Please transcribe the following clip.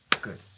Good